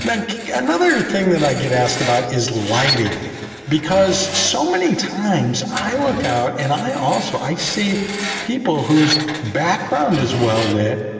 another thing that i get asked about is lighting because so many times i look out and i also. i see people whose background is well lit,